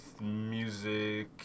music